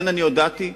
לכן הודעתי,